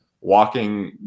walking